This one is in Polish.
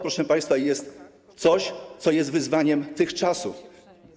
Proszę państwa, to jest coś, co jest wyzwaniem tych czasów.